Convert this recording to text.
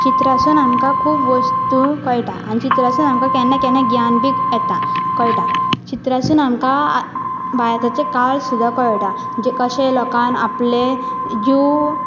चित्रां पासून आमकां खूब वस्तू कळटात आनी चित्रां पासून आमकां केन्ना केन्ना गिन्यान बी येता कळटा चित्रां पासून आमकां भारताचे काळ सुद्दा कळटा जे कशे लोकान आपले जीव